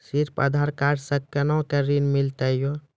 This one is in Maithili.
सिर्फ आधार कार्ड से कोना के ऋण मिलते यो?